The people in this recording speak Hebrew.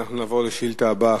אנחנו נעבור לשאילתא הבאה,